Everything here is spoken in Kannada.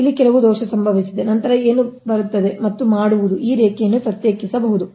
ಅಥವಾ ಇಲ್ಲಿ ಕೆಲವು ದೋಷ ಸಂಭವಿಸಿದೆ ನಂತರ ಏನು ಬರುತ್ತದೆ ಮತ್ತು ಮಾಡುವುದು ಈ ರೇಖೆಯನ್ನು ಪ್ರತ್ಯೇಕಿಸಬಹುದು